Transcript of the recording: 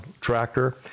tractor